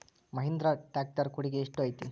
Mahindra tractor ಕೊಡುಗೆ ಎಷ್ಟು ಐತಿ?